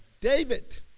David